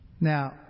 Now